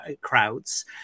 crowds